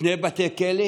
שני בתי כלא